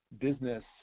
business